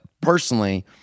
personally